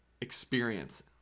experience